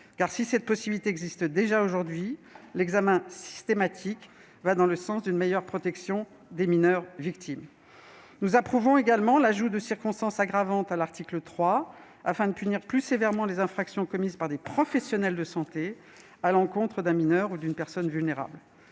Si cette possibilité existe déjà aujourd'hui, l'examen systématique va dans le sens d'une meilleure protection des mineurs victimes. Nous approuvons également l'ajout de circonstances aggravantes à l'article 3, afin de punir plus sévèrement les infractions commises par des professionnels de santé à l'encontre d'un mineur ou d'une personne vulnérable.